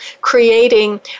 creating